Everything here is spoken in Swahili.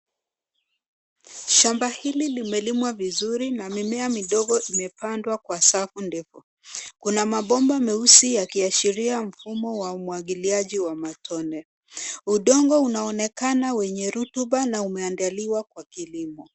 Shamba hili limelimwa vizuri na mimea midogo imepandwa kwa safu ndefu. Kuna mabomba meusi yakiashiria mfumo wa umwagiliaji wa matone. Udongo unaonekana wenye rutuba na umeandaliwa kwa kilimo.